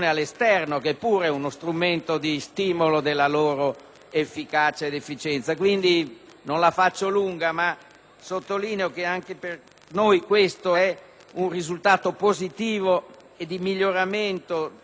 efficacia ed efficienza. Quindi, non vorrei dilungarmi, ma sottolineo che anche per noi questo è un risultato positivo e di miglioramento di una norma che era nata un po' storta, ma che alla fine è